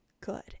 good